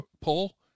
pull